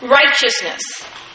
righteousness